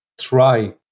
try